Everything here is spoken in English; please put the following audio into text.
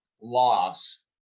loss